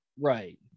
right